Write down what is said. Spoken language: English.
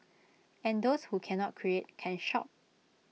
and those who cannot create can shop